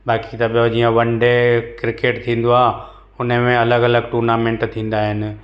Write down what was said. बाक़ी त ॿियो जीअं वनडे क्रिकेट थींदो आहे हुन में अलॻि अलॻि टूर्नामैंट थींदा आहिनि